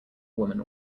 woman